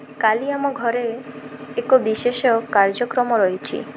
କାଲି ଆମ ଘରେ ଏକ ବିଶେଷ କାର୍ଯ୍ୟକ୍ରମ ରହିଛି